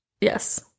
Yes